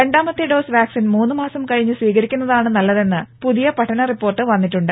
രണ്ടാമത്തെ dose vaccine മൂന്ന് മാസം കഴിഞ്ഞ് സ്വീകരിക്കുന്നതാണ് നല്ലതെന്ന് പുതിയ പഠന റിപ്പോർട്ട് വന്നിട്ടുണ്ട്